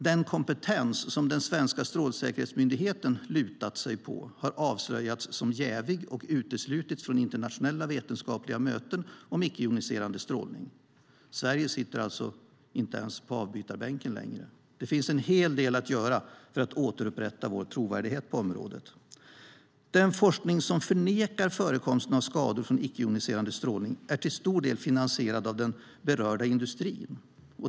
Den kompetens som den svenska strålsäkerhetsmyndigheten lutat sig mot har avslöjats som jävig och uteslutits från internationella vetenskapliga möten om icke-joniserande strålning. Sverige sitter alltså inte ens på avbytarbänken längre. Det finns en hel del att göra för att återupprätta vår trovärdighet på området. Den forskning som förnekar förekomsten av skador från icke-joniserande strålning är till stor del finansierad av den berörda industrin.